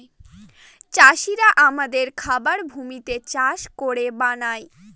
চাষিরা আমাদের খাবার ভূমিতে চাষ করে বানায়